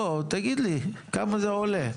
לא, תגיד לי כמה זה עולה?